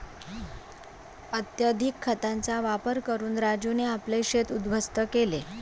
अत्यधिक खतांचा वापर करून राजूने आपले शेत उध्वस्त केले